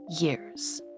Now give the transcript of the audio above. years